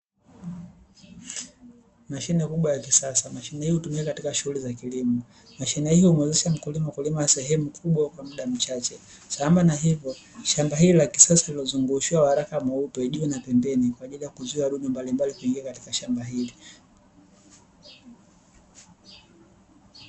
Mashine kubwa ya kisasa, mashine hii hutumika katika shughuli za kilimo, mashine hii humuwezesha mkulima kulima sehemu kubwa kwa muda mchache, sambamba na hivyo shamba hili lililozungushiwa waraka mweupe juu na pembeni kwa ajili ya kuzuia wadudu kuingia ndani ya shamba hili.